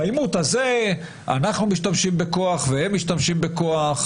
בעימות הזה אנחנו משתמשים בכוח והם משתמשים בכוח,